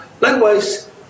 Likewise